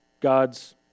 God's